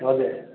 हजुर